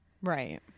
Right